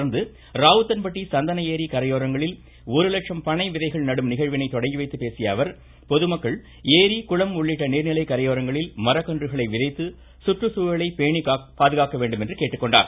தொடர்ந்து ராவுத்தன்பட்டி சந்தன ஏரி கரையோரங்களில் ஒரு லட்சம் பனை விதைகள் நடும் நிகழ்வினை தொடங்கிவைத்துப் பேசிய அவர் பொதுமக்கள் ஏரி குளம் உள்ளிட்ட நீர்நிலை கரையோரங்களில் மரக்கன்றுகளை விதைத்து சுற்றுச்சூழலை பேணிப்பாதுகாக்க வேண்டும் என்று கேட்டுக்கொண்டார்